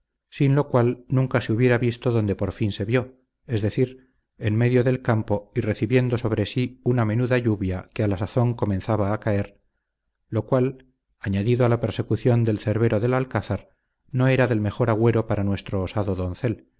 sin lo cual nunca se hubiera visto donde por fin se vio es decir en medio del campo y recibiendo sobre sí una menuda lluvia que a la sazón comenzaba a caer lo cual añadido a la persecución del cerbero del alcázar no era del mejor agüero para nuestro osado doncel